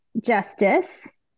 Justice